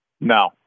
No